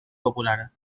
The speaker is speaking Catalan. popular